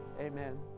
amen